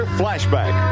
flashback